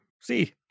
See